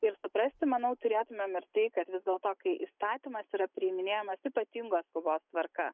ir suprasti manau turėtumėm ir tai kad vis dėlto kai įstatymas yra priiminėjamas ypatingos skubos tvarka